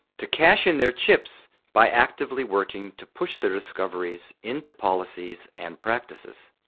to cash in their chips by actively working to push their discoveries into policies and practices.